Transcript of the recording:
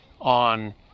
on